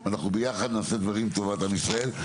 אנחנו ביחד נעשה דברים למען מדינת ישראל.